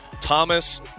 Thomas